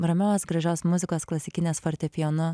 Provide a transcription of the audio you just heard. ramios gražios muzikos klasikinės fortepijonu